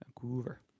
Vancouver